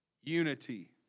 Unity